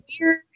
weird